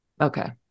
okay